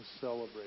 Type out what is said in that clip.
celebrate